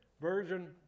version